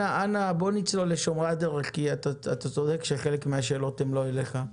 בואו נצלול לשומרי הדרך כי אתה צודק שחלק מהשאלות הן לא אליך.